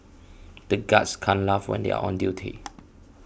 the guards can't laugh when they are on duty